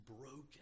broken